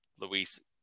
Luis